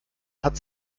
hat